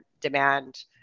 demand